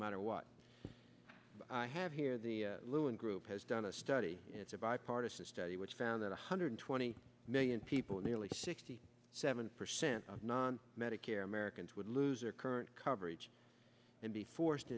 matter what i have here the lewin group has done a study it's a bipartisan study which found that one hundred twenty million people nearly sixty seven percent of non medicare americans would lose their current coverage and be forced